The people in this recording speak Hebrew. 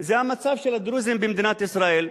זה המצב של הדרוזים במדינת ישראל.